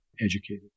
educated